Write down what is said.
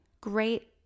great